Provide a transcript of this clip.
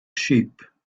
sheep